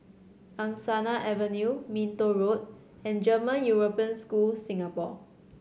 Angsana Avenue Minto Road and German European School Singapore